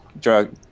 drug